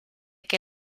que